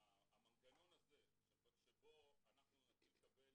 שהמנגנון הזה שבו אנחנו נקבל